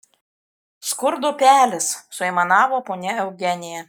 skurdo pelės suaimanavo ponia eugenija